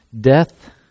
Death